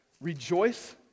rejoice